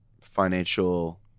financial